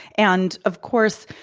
and of course,